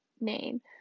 name